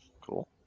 Cool